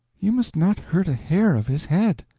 you must not hurt a hair of his head.